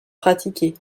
pratiquée